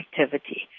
activity